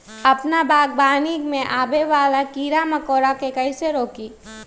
अपना बागवानी में आबे वाला किरा मकोरा के कईसे रोकी?